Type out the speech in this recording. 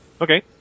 Okay